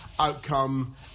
Outcome